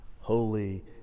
holy